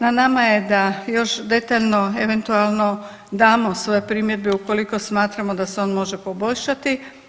Na nama je da još detaljno eventualno damo svoje primjedbe, ukoliko smatramo da se on može poboljšati.